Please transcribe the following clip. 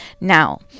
now